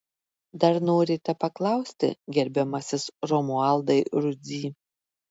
dar norite paklausti gerbiamasis romualdai rudzy